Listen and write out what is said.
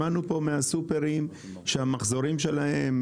שמענו פה מהסופרים שהמחזורים שלהם,